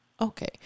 okay